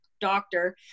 doctor